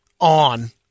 on